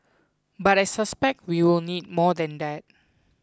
but I suspect we will need more than that